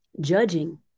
judging